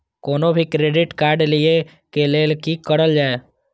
कोनो भी credit card लिए के लेल की करल जाय?